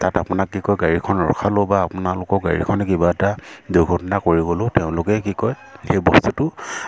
তাত আপোনাক কি কয় গাড়ীখন ৰখালেও বা আপোনালোকৰ গাড়ীখনে কিবা এটা দুৰ্ঘটনা কৰি গ'লেও তেওঁলোকে কি কয় সেই বস্তুটো